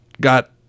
got